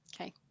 Okay